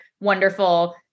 wonderful